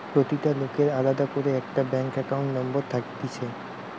প্রতিটা লোকের আলদা করে একটা ব্যাঙ্ক একাউন্ট নম্বর থাকতিছে